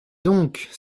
donc